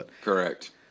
Correct